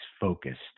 focused